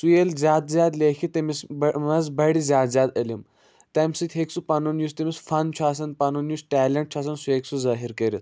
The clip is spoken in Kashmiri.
سُہ ییٚلہِ زیادٕ زیادٕ لٮ۪کھِ تٔمِس بَہ منٛز بَڑِ زیادٕ زیادٕ علم تَمہِ سۭتۍ ہیٚکہِ سُہ پنُن یُس تٔمِس فن چھُ آسان پنُن یُس ٹٮ۪لنٛٹ چھُ آسان سُہ ہیٚکہِ سُہ ظٲہر کٔرِتھ